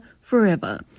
forever